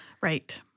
Right